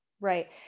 right